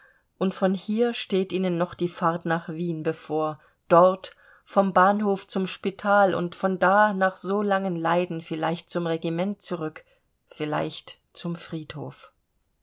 und von hier steht ihnen noch die fahrt nach wien bevor dort vom bahnhof zum spital und von da nach so langen leiden vielleicht zum regiment zurück vielleicht zum friedhof